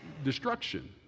destruction